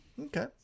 Okay